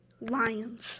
Lions